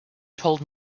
told